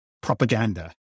propaganda